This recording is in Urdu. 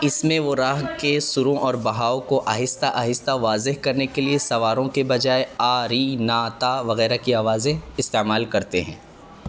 اس میں وہ راہ کے سروں اور بہاؤ کو آہستہ آہستہ واضح کرنے کے لیے سواروں کے بجائے آ ری نا تا وغیرہ کی آوازیں استعمال کرتے ہیں